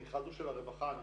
המכרז הוא של הרווחה.